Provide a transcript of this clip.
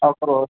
ఒక రోజు